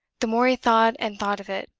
the more he thought and thought of it,